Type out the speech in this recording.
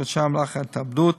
כחודשיים לאחר ההתאבדות.